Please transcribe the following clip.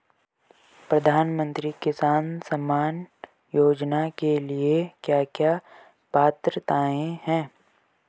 प्रधानमंत्री किसान सम्मान योजना के लिए क्या क्या पात्रताऐं हैं?